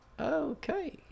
Okay